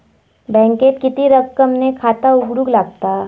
बँकेत किती रक्कम ने खाता उघडूक लागता?